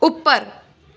ਉੱਪਰ